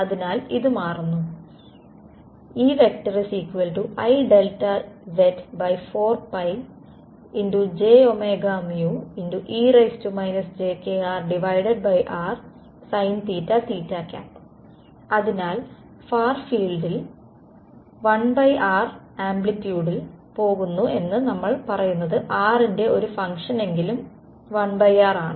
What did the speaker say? അതിനാൽ ഇത് മാറുന്നു EIz4je jkrrsin അതിനാൽ ഫാർ ഫീൽഡിൽ ഫീൽഡുകൾ 1r ആംപ്ലിറ്റ്യൂഡിൽ പോകുന്നു എന്ന് നമ്മൾ പറയുന്നത് r ന്റെ ഒരു ഫംഗ്ഷനെങ്കിലും 1r ആണ്